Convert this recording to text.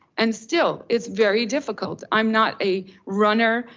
and still it's very difficult. i'm not a runner,